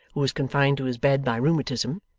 who was confined to his bed by rheumatism,